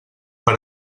per